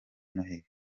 noheli